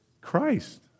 Christ